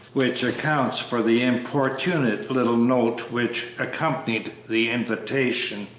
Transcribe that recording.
which accounts for the importunate little note which accompanied the invitation,